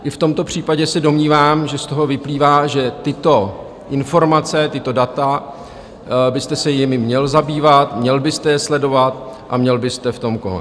I v tomto případě se domnívám, že z toho vyplývá, že tyto informace, tato data, byste se jimi měl zabývat, měl byste je sledovat a měl byste v tom konat.